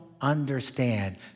understand